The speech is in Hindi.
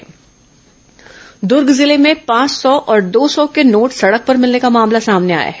दुर्ग नोट दुर्ग जिले में पांच सौ और दो सौ के नोट सड़क पर मिलने का मामला सामने आया है